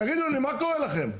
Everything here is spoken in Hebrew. תגידו לי, מה קורה לכם?